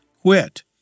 quit